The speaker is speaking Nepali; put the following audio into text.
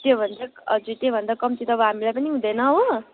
के भन्छ हजुर त्योभन्दा कम्ती त अब हामीलाई पनि हुँदैन हो